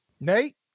Nate